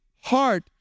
heart